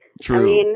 True